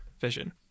vision